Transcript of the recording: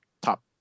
top